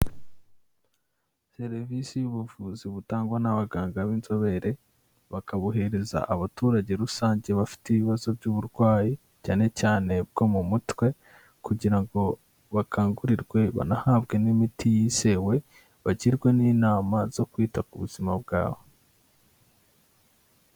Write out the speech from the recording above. Serivisi y'ubuvuzi butangwa n'abaganga b'inzobere, bakabuhereza abaturage rusange bafite ibibazo by'uburwayi cyane cyane bwo mu mutwe, kugira ngo bakangurirwe banahabwe n'imiti yizewe, bagirwe n'inama zo kwita ku buzima bwabo.